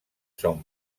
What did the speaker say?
són